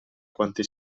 quante